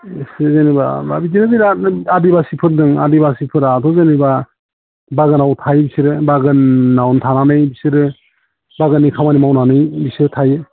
जेनेबा दा बिदिनो आदिबासिफोर दं आदिबासिफोराबो जेनेबा बागानाव थायो बिसोरो बागानावनो थानानै बिसोरो बागाननि खामानि मावनानै बिसोरो थायो